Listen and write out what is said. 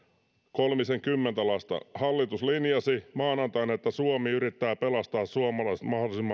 kolmisenkymmentä lasta hallitus linjasi maanantaina että suomi yrittää pelastaa suomalaiset